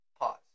pause